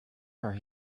her